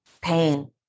pain